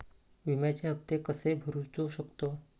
विम्याचे हप्ते कसे भरूचो शकतो?